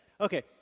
Okay